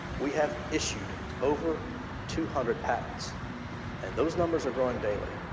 we have issued over two hundred patents and those numbers are growing daily.